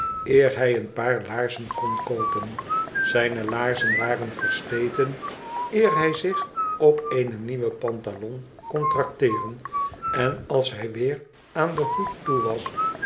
eer hij een paar laarzen kon koopen zijne laarzen waren versleten eer hij zich op eene nieuwe pantalon kon trakteeren en is hij weer aan den hoed toe was